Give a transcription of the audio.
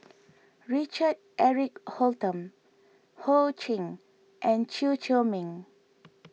Richard Eric Holttum Ho Ching and Chew Chor Meng